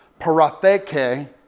paratheke